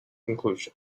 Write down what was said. conclusion